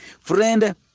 friend